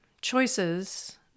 choices